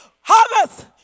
Harvest